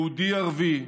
יהודי, ערבי,